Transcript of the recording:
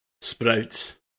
Sprouts